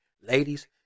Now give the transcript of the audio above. Ladies